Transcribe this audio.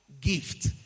gift